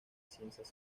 ciencias